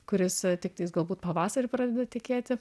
kuris tiktais galbūt pavasarį pradeda tekėti